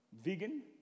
vegan